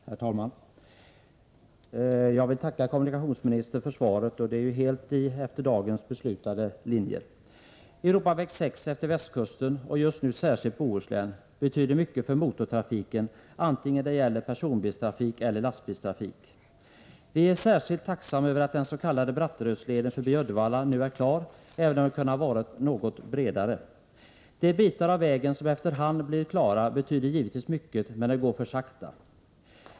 Herr talman! Jag vill tacka kommunikationsministern för svaret, som är avgivet helt i enlighet med dagens beslutade linjer. Europaväg 6 efter västkusten — och just nu särskilt i Bohuslän — betyder mycket för motortrafiken, vare sig det gäller personbilstrafik eller lastbilstrafik. Vi är särskilt tacksamma för att dens.k. Bratterödsleden förbi Uddevalla nu är klar, även om den kunnat vara något bredare. De bitar av vägen som efter hand blir klara betyder givetvis mycket, men det går för sakta.